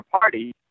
party